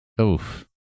Oof